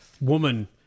woman